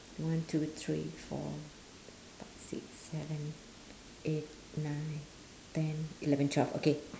one two three four five six seven eight nine ten eleven twelve okay